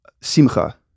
simcha